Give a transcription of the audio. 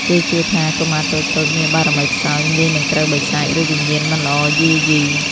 គេជឿថា កុមារតូចៗមានបារមីខ្សោយ ងាយនឹងត្រូវបិសាច ឬវិញ្ញាណមិនល្អយាយី។